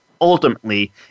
ultimately